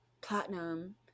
platinum